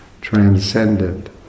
transcendent